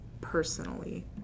personally